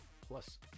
plus